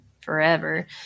forever